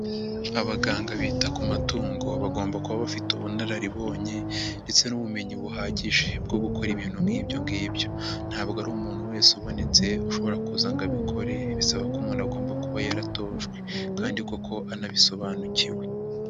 Abaganga bita ku matungo bagomba kuba bafite ubunararibonye ndetse n'ubumenyi buhagije bwo gukora ibintu nk'ibyo ngibyo, ntabwo ari umuntu wese ubonetse ushobora kuza ngo abikore bisaba ko umuntu agomba kuba yaratojwe kandi koko anabisobanukiwe.